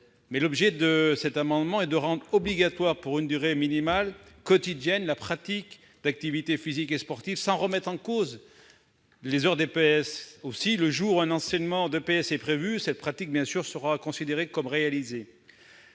mais l'objet de cet amendement est de rendre obligatoire, pour une durée minimale quotidienne, la pratique d'activités physiques et sportives, sans remettre en cause les heures d'EPS. Le jour où un cours d'EPS est prévu, cette pratique sera bien sûr considérée comme réalisée.